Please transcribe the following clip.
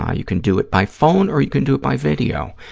ah you can do it by phone or you can do it by video.